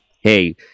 hey